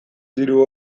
diru